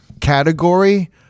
category